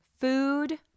food